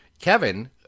Kevin